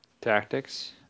tactics